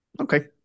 Okay